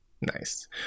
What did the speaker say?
nice